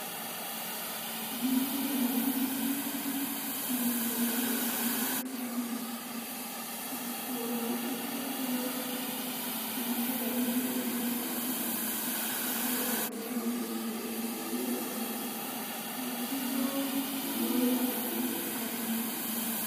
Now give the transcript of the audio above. Bima ya Madison inasaidia katika kuhakikisha kuwa maisha ya mtu iko sawa. Wakati wa ajali yoyote inasaidia kwa kutibu mgonjwa aliyepatikana na ajali.